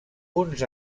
uns